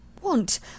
want